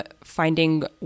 finding